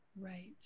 Right